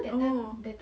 oh